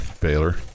Baylor